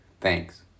Thanks